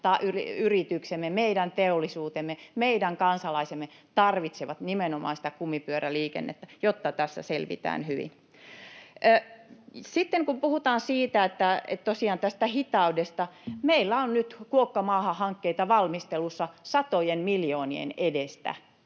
yrityksemme, meidän teollisuutemme, meidän kansalaisemme tarvitsevat nimenomaan sitä kumipyöräliikennettä, jotta tässä selvitään hyvin. Sitten kun puhutaan tosiaan tästä hitaudesta: Meillä on nyt kuokka maahan ‑hankkeita valmistelussa satojen miljoonien edestä,